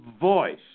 voice